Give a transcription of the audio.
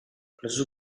prozesu